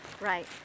right